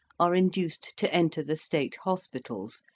are induced to enter the state hospitals,